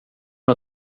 med